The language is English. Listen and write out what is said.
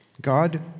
God